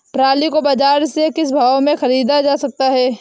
Trolley को बाजार से किस भाव में ख़रीदा जा सकता है?